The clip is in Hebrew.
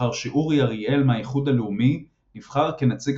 לאחר שאורי אריאל מהאיחוד הלאומי נבחר כנציג